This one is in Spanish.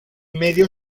medio